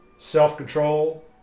self-control